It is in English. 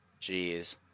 Jeez